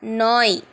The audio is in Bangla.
নয়